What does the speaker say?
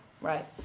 right